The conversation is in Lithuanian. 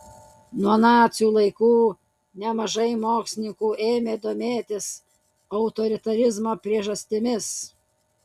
nuo nacių laikų nemažai mokslininkų ėmė domėtis autoritarizmo priežastimis